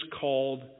called